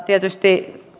tietysti